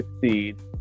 succeed